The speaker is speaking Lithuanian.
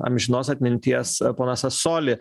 amžinos atminties poną sasolį